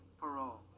parole